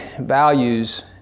values